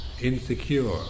insecure